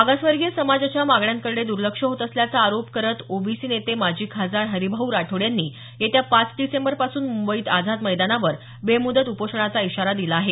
मागासवर्गीय समाजाच्या मागण्यांकडे दूर्लक्ष होत असल्याचा आरोप करत ओबीसी नेते माजी खासदार हरिभाऊ राठोड यांनी येत्या पाच डिसेंबरपासून मुंबईत आझाद मैदानावर बेमुदत उपोषणाचा इशारा दिला आहे